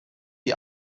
die